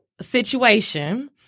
situation